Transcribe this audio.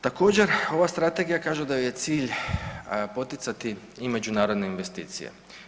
Također ova strategija kaže da joj je cilj poticati i međunarodne investicije.